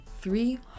three